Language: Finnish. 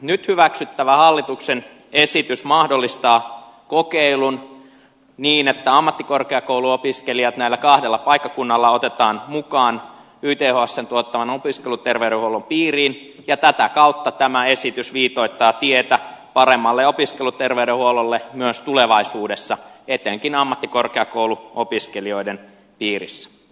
nyt hyväksyttävä hallituksen esitys mahdollistaa kokeilun niin että ammattikorkeakouluopiskelijat näillä kahdella paikkakunnalla otetaan mukaan ythsn tuottaman opiskeluterveydenhuollon piiriin ja tätä kautta tämä esitys viitoittaa tietä paremmalle opiskeluterveydenhuollolle myös tulevaisuudessa etenkin ammattikorkeakouluopiskelijoiden piirissä